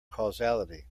causality